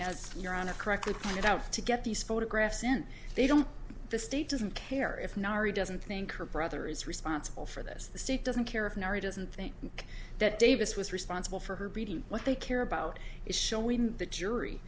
as your on a correctly pointed out to get these photographs in they don't the state doesn't care if nari doesn't think her brother is responsible for this the state doesn't care if mary doesn't think that davis was responsible for her beating what they care about is showing the jury